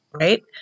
right